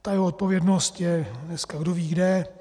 Ta jeho odpovědnost je dneska kdoví kde.